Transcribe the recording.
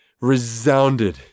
resounded